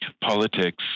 politics